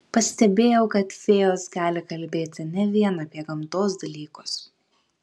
pastebėjau kad fėjos gali kalbėti ne vien apie gamtos dalykus